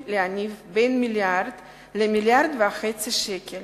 להניב בין מיליארד למיליארד וחצי שקלים